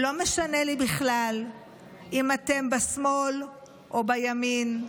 לא משנה לי בכלל אם אתם בשמאל או בימין,